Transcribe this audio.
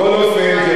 בכל אופן,